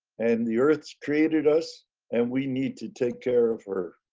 and the earth's created us and we need to take care of her.